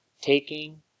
taking